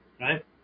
right